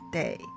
day